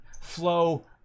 flow